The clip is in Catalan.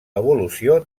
evolució